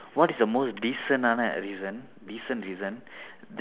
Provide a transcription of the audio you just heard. what is the most decent-aana